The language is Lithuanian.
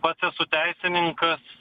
pats esu teisininkas